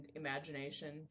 imagination